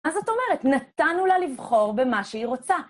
מה זאת אומרת, נתנו לה לבחור במה שהיא רוצה.